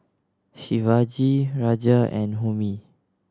Shivaji Raja and Homi